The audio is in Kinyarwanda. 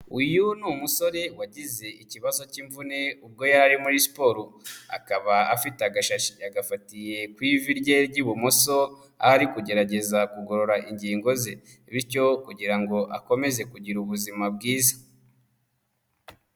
Uyu ni umusore wagize ikibazo k'imvune ubwo yari ari muri siporo, akaba afite agasashi agafatiye ku ivi rye ry'ibumoso, aho ari kugerageza kugorora ingingo ze, bityo kugira ngo akomeze kugira ubuzima bwiza.